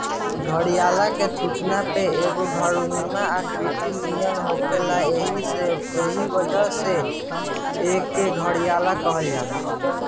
घड़ियाल के थुथुना पे एगो घड़ानुमा आकृति नियर होखेला एही वजह से एके घड़ियाल कहल जाला